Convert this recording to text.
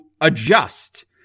adjust